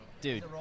Dude